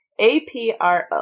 APRO